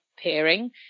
pairing